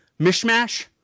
Mishmash